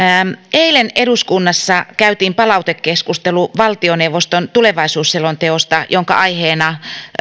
eilen eduskunnassa käytiin palautekeskustelu valtioneuvoston tulevaisuusselonteosta jonka aiheena